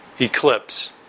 eclipse